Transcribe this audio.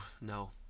no